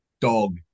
dog